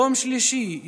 יום שלישי,